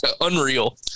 unreal